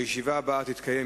הישיבה הבאה תתקיים,